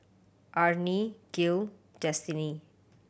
Arne Gil Destiney